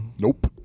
Nope